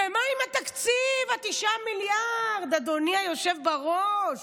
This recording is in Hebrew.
ומה עם התקציב, 9 מיליארד, אדוני היושב בראש?